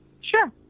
Sure